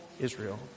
Israel